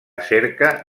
cerca